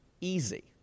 easy